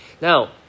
now